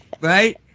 Right